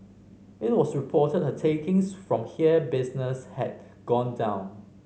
it was reported her takings from here business had gone down